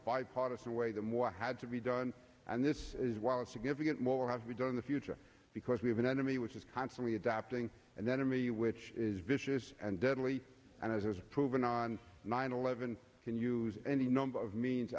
bipartisan way that more had to be done and this is why it's significant more have we done in the future because we have an enemy which is constantly adapting and then me which is vicious and deadly and has proven on nine eleven can use any number of means